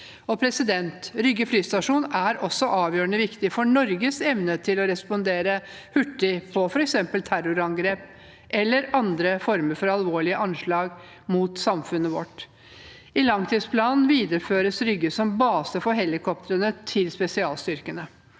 hele regionen. Rygge flystasjon er også avgjørende viktig for Norges evne til å respondere hurtig på f.eks. terrorangrep eller andre former for alvorlige anslag mot samfunnet vårt. I langtidsplanen videreføres Rygge som base for helikoptrene til spesialstyrkene.